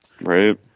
right